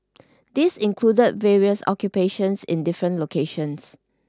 this included various occupations in different locations